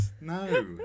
No